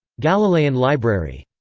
galileian library.